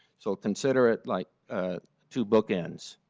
so consider it like two book ends.